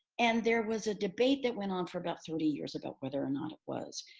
and there was a debate that went on for about thirty years about whether or not it was.